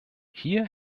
hier